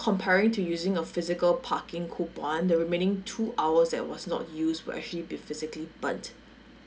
comparing to using a physical parking coupon the remaining two hours that was not used will actually be physically bunt